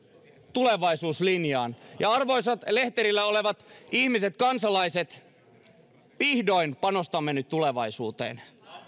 tulevaisuuslinjaan arvoisat lehterillä olevat ihmiset kansalaiset vihdoin panostamme nyt tulevaisuuteen